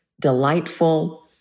delightful